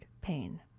pain